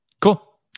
Cool